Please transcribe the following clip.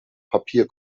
papier